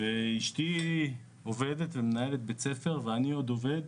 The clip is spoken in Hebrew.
אשתי מנהלת בית ספר וגם אני עוד עובד.